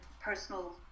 personal